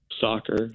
soccer